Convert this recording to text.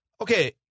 Okay